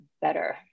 better